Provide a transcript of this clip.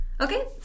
Okay